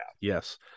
yes